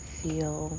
feel